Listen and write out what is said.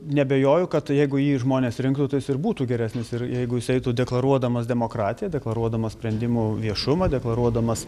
neabejoju kad jeigu jį žmonės rinktų tai jis ir būtų geresnis ir jeigu jis eitų deklaruodamas demokratiją deklaruodamas sprendimų viešumą deklaruodamas